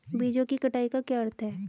बीजों की कटाई का क्या अर्थ है?